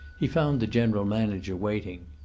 he found the general manager waiting.